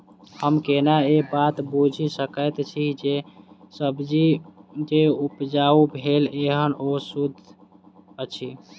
हम केना ए बात बुझी सकैत छी जे सब्जी जे उपजाउ भेल एहन ओ सुद्ध अछि?